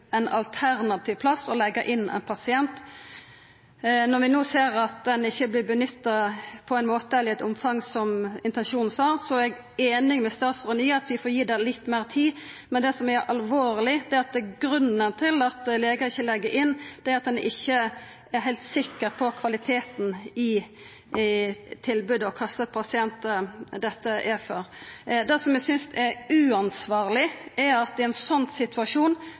ein alternativ plass å leggja inn ein pasient. Når vi no ser at det ikkje vert nytta på ein måte eller i eit omfang som intensjonen sa, er eg einig med statsråden i at vi får gi det litt meir tid. Men det som er alvorleg, er at grunnen til at legar ikkje legg inn, er at ein ikkje er heilt sikker på kvaliteten i tilbodet og kva slags pasient dette er. Det eg synest er uansvarleg, er at i ein sånn situasjon